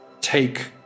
take